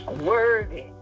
worthy